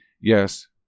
yes